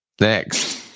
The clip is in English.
next